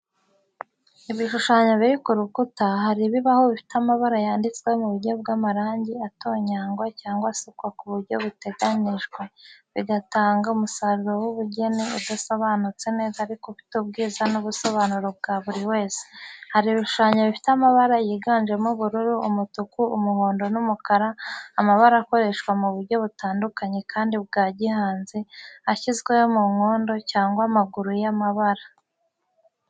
Ibishushanyo biri ku rukuta, hari ibibaho bifite amabara yanditsweho mu buryo bw'amarangi atonyangwa cyangwa asukwa ku buryo buteganijwe, bigatanga umusaruro w’ubugeni udasobanutse neza ariko ufite ubwiza n’ubusobanuro bwa buri wese. Hari ibishushanyo bifite amabara yiganjemo ubururu, umutuku, umuhondo, n’umukara, amabara akoreshwa mu buryo butandukanye kandi bwa gihanzi ashyizweho mu nkondo cyangwa amaguru y’amabara.